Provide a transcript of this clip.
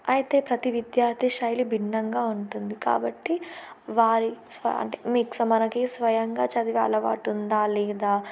అయితే ప్రతి విద్యార్థి శైలి భిన్నంగా ఉంటుంది కాబట్టి వారివ అంటే మీకు స మనకి స్వయంగా చదివ అలవాటుందా లేదా